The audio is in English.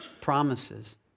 promises